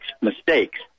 mistakes